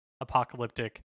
apocalyptic